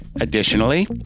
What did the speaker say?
Additionally